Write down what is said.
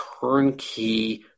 turnkey